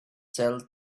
sell